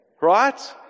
right